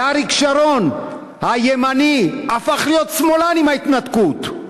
ואריק שרון הימני הפך להיות שמאלן עם ההתנתקות,